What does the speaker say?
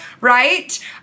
right